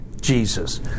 Jesus